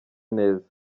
neza